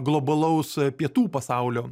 globalaus pietų pasaulio